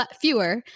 fewer